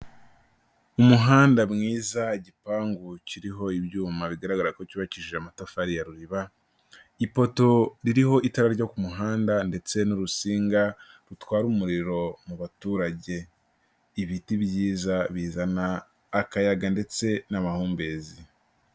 Umuhanda mwiza, igipangu kiriho ibyuma bigaragara ko cyubakishije amatafari ya ruriba, ipoto ririho itara ryo ku muhanda ndetse n'urutsinga rutwara umuriro mu baturage, ibiti byiza bizana akayaga ndetse n'amahumbezi.